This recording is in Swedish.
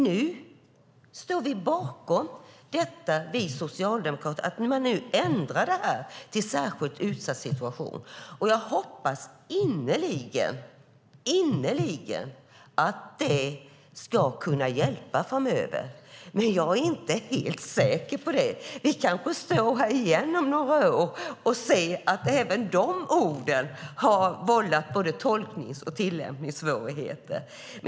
Nu står vi socialdemokrater bakom att man nu ändrar detta till särskilt utsatt situation. Jag hoppas innerligen att det ska kunna hjälpa framöver. Jag är inte helt säker på det. Vi kanske står här igen om några år och ser att även de orden har vållat både tolknings och tillämpningssvårigheter.